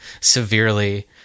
severely